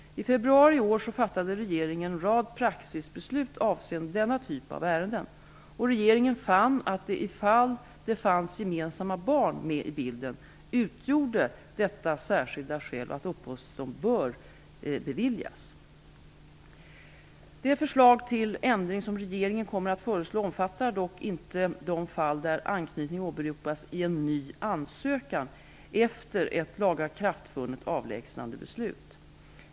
I februari i år fattade regeringen en rad praxisbeslut avseende denna typ av ärenden. Regeringen fann att i fall där det fanns gemensamma barn med i bilden utgjorde detta särskilda skäl och att uppehållstillstånd bör beviljas. Det förslag till ändring som regeringen kommer att föreslå omfattar dock inte de fall där anknytningen åberopas i en ny ansökan, efter ett lagakraftvunnet avlägsnandebeslut.